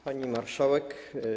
Pani Marszałek!